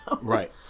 right